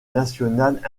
nationales